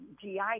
GI